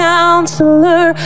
Counselor